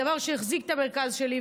הדבר שהחזיק את המרכז שלי,